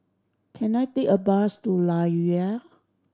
can I take a bus to Layar